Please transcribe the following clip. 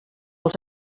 els